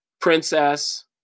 Princess